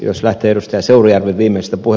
jos lähtee ed